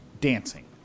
dancing